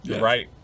Right